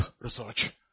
research